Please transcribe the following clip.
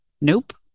nope